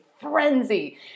frenzy